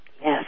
Yes